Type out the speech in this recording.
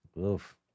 Oof